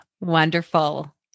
Wonderful